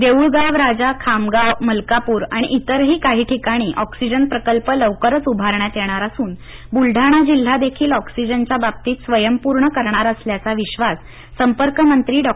देऊळगावराजा खामगाव मलकापूर आणि इतरही ठिकाणी ऑक्सीजन प्रकल्प लवकरच उभारण्यात येणार असून बुलडाणा जिल्हा देखील ऑक्सीजनच्या बाबतीत स्वंयपूर्ण करणार असल्याचा विश्वास संपर्क मंत्री डॉ